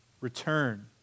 return